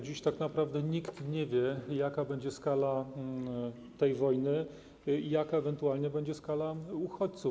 Dziś tak naprawdę nikt nie wie, jaka będzie skala tej wojny i jaka ewentualnie będzie liczba uchodźców.